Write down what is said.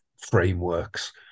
frameworks